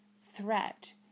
threat